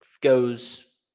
goes